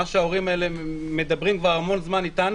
מה שההורים האלה מדברים כבר המון זמן אתנו,